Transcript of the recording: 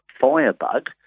Firebug